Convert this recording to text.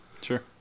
Sure